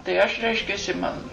tai aš reiškiasi man